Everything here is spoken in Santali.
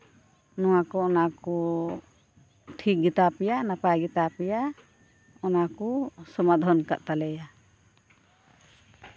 ᱱᱚᱣᱟ ᱠᱚ ᱚᱱᱟᱠᱚ ᱴᱷᱤᱠ ᱜᱮᱛᱟ ᱯᱮᱭᱟ ᱱᱟᱯᱟᱭ ᱜᱮᱛᱟᱯᱮᱭᱟ ᱚᱱᱟ ᱠᱚ ᱥᱚᱢᱟᱫᱷᱟᱱ ᱠᱟᱜ ᱛᱟᱞᱮᱭᱟ